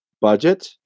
budget